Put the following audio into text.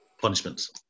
punishments